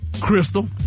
Crystal